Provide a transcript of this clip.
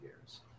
years